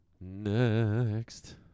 Next